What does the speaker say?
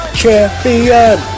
champion